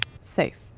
Safe